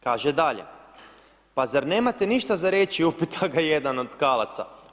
Kaže dalje, pa zar nemate ništa za reći upita ga jedan od tkalaca?